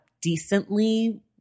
decently